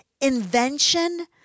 invention